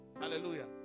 Hallelujah